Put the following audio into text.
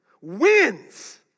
wins